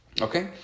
Okay